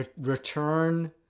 return